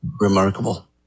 remarkable